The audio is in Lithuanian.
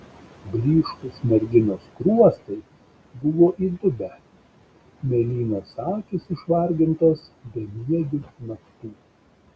blyškūs merginos skruostai buvo įdubę mėlynos akys išvargintos bemiegių naktų